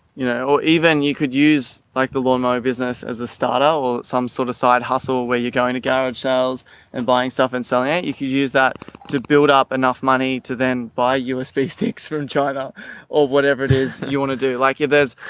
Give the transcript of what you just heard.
you know, or even you could use like the lawnmower business as a stata or some sort of side hustle where you're going to garage sales and buying stuff and selling it. you could use that to build up enough money to then buy usb sticks from china or whatever it is you want to do. like if there's